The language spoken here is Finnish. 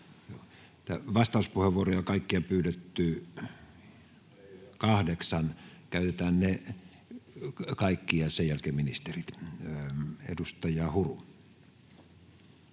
Vastauspuheenvuoroja on kaikkiaan pyydetty kahdeksan. Käytetään ne kaikki, ja sen jälkeen ministerit. — Edustaja Huru.